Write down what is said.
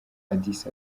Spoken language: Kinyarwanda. addis